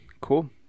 Cool